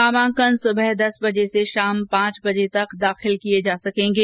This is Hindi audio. नामांकन सबह दस बजे से शाम पांच बजे तक दाखिल किये जा सकेंगे